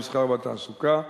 המסחר והתעסוקה.